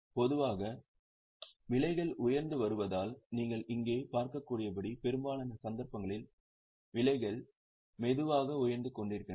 பொதுவாக விலைகள் உயர்ந்து வருவதால் நீங்கள் இங்கே பார்க்கக்கூடியபடி பெரும்பாலான சந்தர்ப்பங்களில் விலைகள் மெதுவாக உயர்ந்து கொண்டிருக்கின்றன